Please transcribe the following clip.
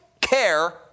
care